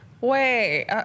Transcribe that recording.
Wait